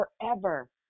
forever